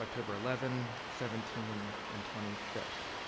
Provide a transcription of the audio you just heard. october eleven, seventeen, and twenty fifth.